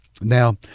Now